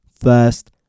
first